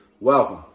Welcome